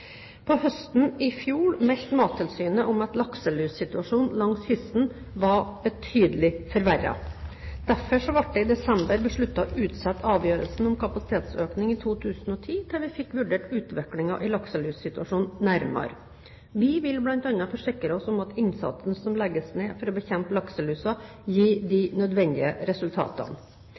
På høsten i fjor meldte Mattilsynet om at lakselussituasjonen langs kysten var betydelig forverret. Derfor ble det i desember besluttet å utsette avgjørelsen om kapasitetsøkning i 2010 til vi fikk vurdert utviklingen i lakselussituasjonen nærmere. Vi vil bl.a. forsikre oss om at innsatsen som legges ned for å bekjempe lakselusa, gir de nødvendige resultatene.